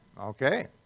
okay